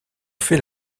fait